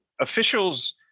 officials